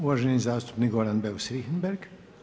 Uvaženi zastupnik Goran Beus Richembergh.